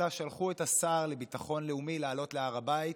אלא שלחו את השר לביטחון לאומי לעלות להר הבית,